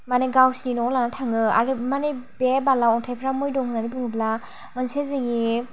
माने गावसोरनि न'आव लाना थाङो आरो माने बे बाला अन्थाइफ्रा मोदोमनानै बुङोब्ला मोनसे जोंनि